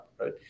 right